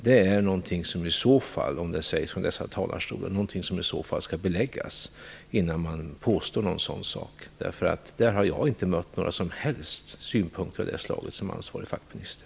Det är någonting som i så fall skall beläggas innan man påstår en sådan sak från denna talarstol. Jag har inte mött några som helst synpunkter av det slaget som ansvarig fackminister.